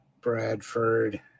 bradford